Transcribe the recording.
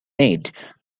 made